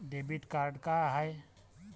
Credit card का हाय?